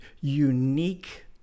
unique